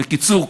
בקיצור,